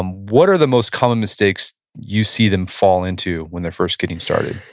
um what are the most common mistakes you see them fall into when they're first getting started?